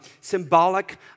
symbolic